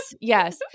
yes